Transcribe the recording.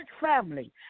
family